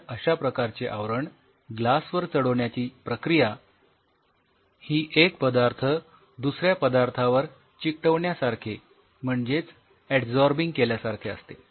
कारण अश्या प्रकारचे आवरण ग्लास वर चढविण्याची प्रक्रिया ही एक पदार्थ दुसऱ्या पदार्थावर चिकटविण्यासारखे म्हणजेच अडझोरबिंग केल्यासारखे असते